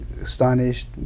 astonished